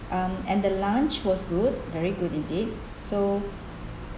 um and the lunch was good very good indeed so